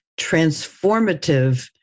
transformative